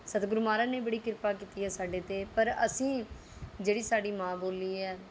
ਸਤਿਗੁਰ ਮਹਾਰਾਜ ਨੇ ਵੀ ਬੜੀ ਕਿਰਪਾ ਕੀਤੀ ਹੈ ਸਾਡੇ 'ਤੇ ਪਰ ਅਸੀਂ ਜਿਹੜੀ ਸਾਡੀ ਮਾਂ ਬੋਲੀ ਹੈ